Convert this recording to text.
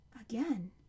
Again